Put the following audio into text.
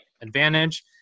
advantage